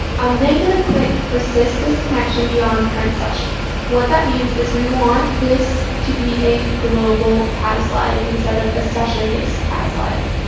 i'm then going to click persist this connection beyond current session. what that means is we want this to be a global cas lib instead of a session-based cas lib.